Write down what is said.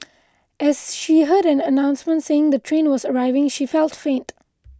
as she heard an announcement saying the train was arriving she felt faint